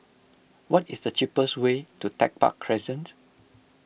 what is the cheapest way to Tech Park Crescent